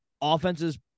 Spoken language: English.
offenses